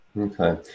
Okay